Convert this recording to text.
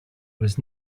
was